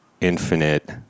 infinite